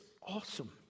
awesome